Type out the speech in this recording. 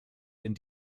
den